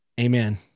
Amen